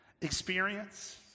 experience